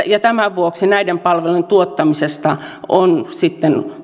ja tämän vuoksi näiden palvelujen tuottamisesta on sitten